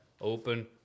open